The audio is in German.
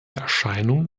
erscheinung